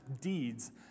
deeds